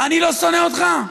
אני לא שונא אותך.